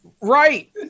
Right